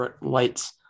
lights